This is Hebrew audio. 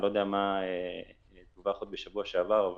אני לא יודע מה דווח עוד בשבוע שעבר,